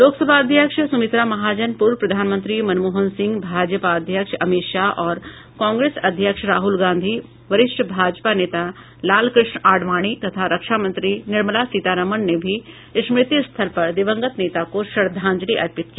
लोकसभा अध्यक्ष सुमित्रा महाजन पूर्व प्रधानमंत्री मनमोहन सिंह भाजपा अध्यक्ष अमित शाह और कांग्रेस अध्यक्ष राहुल गांधी वरिष्ठ भाजपा नेता लालकृष्ण आडवाणी तथा रक्षामंत्री निर्मला सीतारामन ने भी स्मृति स्थल पर दिवंगत नेता को श्रद्धांजलि अर्पित की